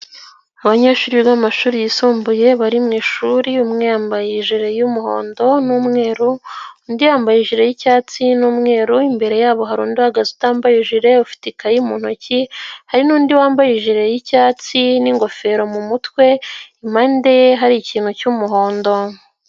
Abanyeshuri b'amashuri yisumbuye bari mu ishuri, umwe yambaye ijile y'umuhondo n'umweru, undi yambaye ijile y'icyatsi n'umweru, imbere yabo hari undi uhagaze utambaye ijile ufite ikayi mu ntoki, hari n'undi wambaye ijile y'icyatsi n'ingofero mu mutwe, impande ye hari ikintu cy'umuhondo.